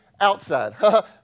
outside